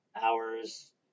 hours